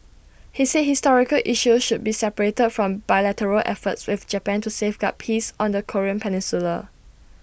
he said historical issues should be separated from bilateral efforts with Japan to safeguard peace on the Korean peninsula